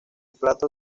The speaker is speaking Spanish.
plato